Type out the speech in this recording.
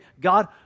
God